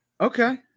okay